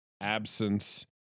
absence